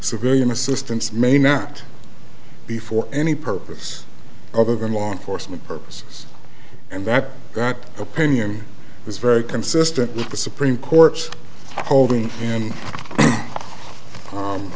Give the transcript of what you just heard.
civilian assistance may not be for any purpose other than law enforcement purposes and that opinion is very consistent with the supreme court's holding